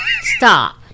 Stop